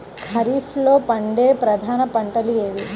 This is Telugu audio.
ఖరీఫ్లో పండే ప్రధాన పంటలు ఏవి?